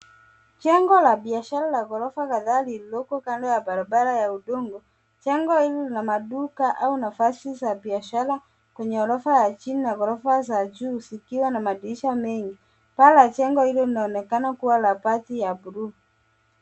Jengo la biashara la ghorofa kadhaa lililoko kando ya barabara ya udongo. Jengo hili lina maduka au nafasi za biashara kwenye ghorofa ya chini na ghorofa za juu zikiwa na madirisha mengi. Paa la jengo hilo linaonekana kuwa ya bati ya bluu.